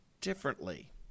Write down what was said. differently